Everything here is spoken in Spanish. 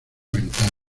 ventana